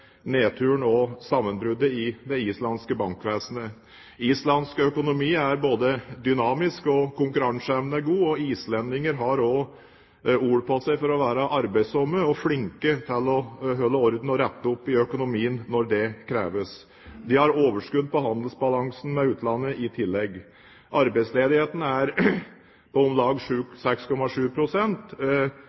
og sammenbruddet i det islandske bankvesenet. Islands økonomi er dynamisk, og konkurranseevnen er god. Islendinger har også ord på seg for å være arbeidsomme – og flinke til å holde orden i og rette opp økonomien når det kreves. De har i tillegg overskudd på handelsbalansen med utlandet. Arbeidsledigheten i 4. kvartal i fjor var på om lag